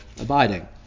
abiding